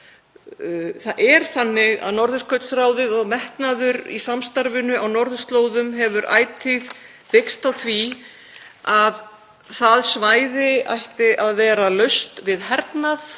í Úkraínu. Norðurskautsráðið og metnaður í samstarfinu á norðurslóðum hefur ætíð byggst á því að það svæði ætti að vera laust við hernað,